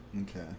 Okay